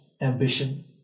ambition